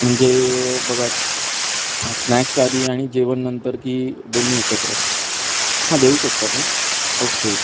म्हणजे बघा स्नॅक्स आधी आणि जेवण नंतर की दोन्ही एकत्र हां देऊ शकतात नं ओके